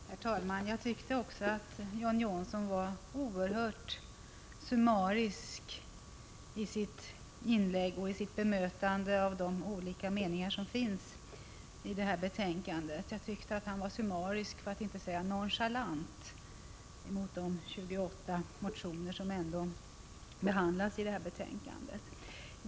Herr talman! Jag tycker att John Johnsson var oerhört summarisk, för att inte säga nonchalant, i sitt bemötande av de 28 motioner som ändå behandlas i detta betänkande.